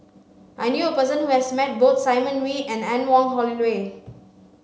I knew a person who has met both Simon Wee and Anne Wong Holloway